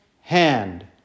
hand